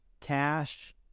cash